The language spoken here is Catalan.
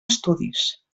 estudis